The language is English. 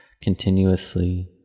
continuously